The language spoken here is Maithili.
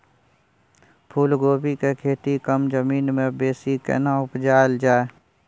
फूलकोबी के खेती कम जमीन मे बेसी केना उपजायल जाय?